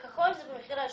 וכחול זה במחירי השוק,